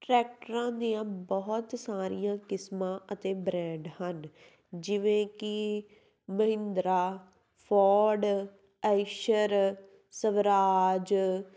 ਟਰੈਕਟਰਾਂ ਦੀਆਂ ਬਹੁਤ ਸਾਰੀਆਂ ਕਿਸਮਾਂ ਅਤੇ ਬ੍ਰੈਂਡ ਹਨ ਜਿਵੇਂ ਕਿ ਮਹਿੰਦਰਾ ਫੋਰਡ ਆਈਸ਼ਰ ਸਵਰਾਜ